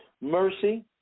mercy